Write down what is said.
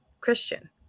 Christian